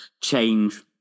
change